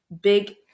big